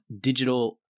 digital